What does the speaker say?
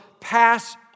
pass